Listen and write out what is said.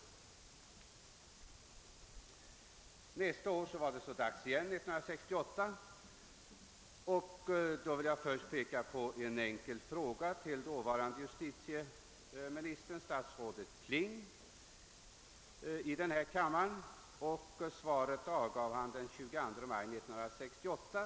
Frågan togs upp även påföljande år, 1968, och jag vill först peka på en enkel fråga som ställdes till dåvarande justitieministern Herman Kling i denna kammare och som besvarades den 22 maj 1968.